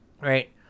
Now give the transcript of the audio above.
Right